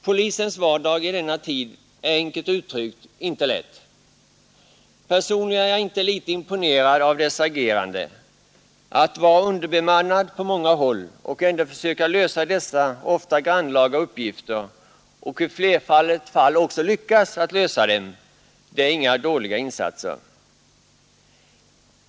Polisens vardag i denna tid är enkelt uttryckt inte lätt. Personligen är jag inte lite imponerad av dess agerande. Att vara underbemannad på många håll och ändå försöka lösa dessa ofta grannlaga uppgifter och i flertalet fall även lyckas är inte dåliga insatser.